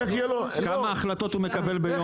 כמה החלטות הוא מקבל ביום?